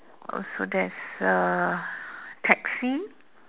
also there is a taxi